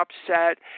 upset